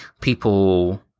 people